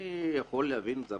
אני יכול להבין את זה,